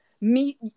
Meet